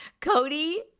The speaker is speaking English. Cody